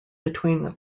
between